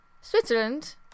Switzerland